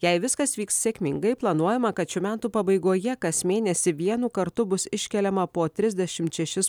jei viskas vyks sėkmingai planuojama kad šių metų pabaigoje kas mėnesį vienu kartu bus iškeliama po trisdešimt šešis